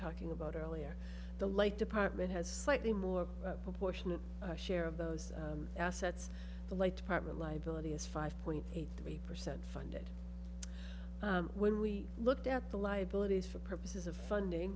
talking about earlier the like department has slightly more proportionate share of those assets the light department liability is five point eight three percent funded when we looked at the liabilities for purposes of funding